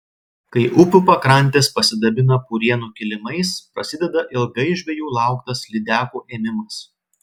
kai upių pakrantės pasidabina purienų kilimais prasideda ilgai žvejų lauktas lydekų ėmimas